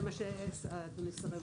זה מה שאתה מסרב